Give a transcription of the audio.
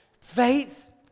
Faith